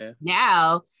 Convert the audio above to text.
now